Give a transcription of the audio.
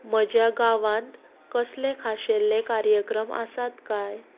म्हज्या गांवांत कसलेय खाशेले कार्यक्रम आसात कांय